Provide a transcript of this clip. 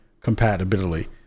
compatibility